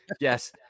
Yes